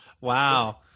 Wow